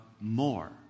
more